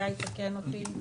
וגיא יתקן אותי אם אני טועה.